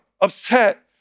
upset